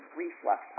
reflux